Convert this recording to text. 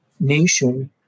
nation